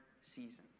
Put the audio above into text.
seasons